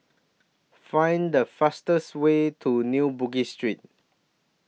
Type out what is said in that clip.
Find The fastest Way to New Bugis Street